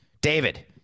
David